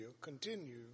continue